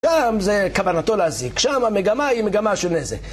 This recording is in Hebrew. שם זה כוונתו להזיק, שם המגמה היא מגמה של נזק